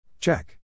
Check